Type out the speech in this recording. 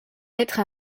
être